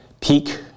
peak